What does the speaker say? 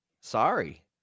sorry